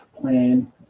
plan